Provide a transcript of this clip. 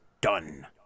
done